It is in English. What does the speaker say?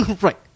right